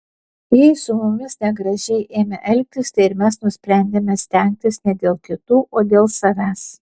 jei su mumis negražiai ėmė elgtis tai ir mes nusprendėme stengtis ne dėl kitų o dėl savęs